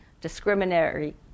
discriminatory